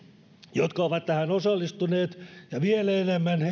jotka ovat tähän osallistuneet ja vielä enemmän